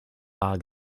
bar